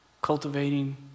cultivating